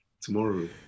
tomorrow